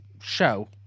show